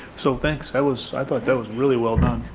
so thanks, that was like like that was really well done.